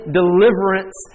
deliverance